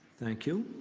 thank you.